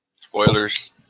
spoilers